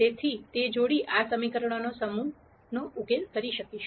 તેથી તે જોડી આ સમીકરણોના સમૂહનો ઉકેલ હશે